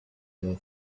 they